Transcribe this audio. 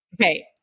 Okay